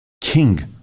king